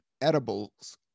edibles